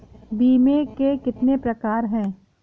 बीमे के कितने प्रकार हैं?